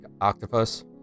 octopus